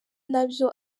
nabyo